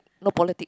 no politics